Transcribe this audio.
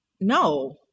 no